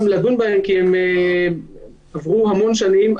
לדון בהם, כי עברו הרבה שנים.